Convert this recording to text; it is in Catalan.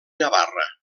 navarra